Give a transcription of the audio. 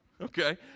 Okay